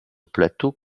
plateau